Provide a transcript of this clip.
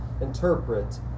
interpret